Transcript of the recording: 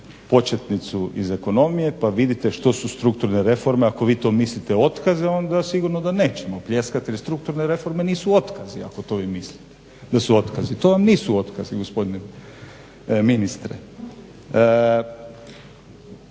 početnicu iz ekonomije pa vidite što su strukturne reforme ako vi to mislite otkaze onda sigurno da nećemo pljeskati, jer strukturne reforme nisu otkazi ako to vi mislite da su otkazi. to vam nisu otkazi gospodine ministre.